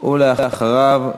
אחריו,